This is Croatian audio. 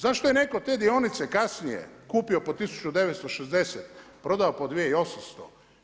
Zašto je netko te dionice kasnije kupio po 1960, prodao po 2800.